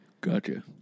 Gotcha